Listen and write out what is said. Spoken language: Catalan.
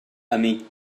amic